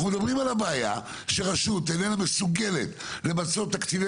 אנחנו מדברים על הבעיה שרשות איננה מסוגלת למצות תקציבי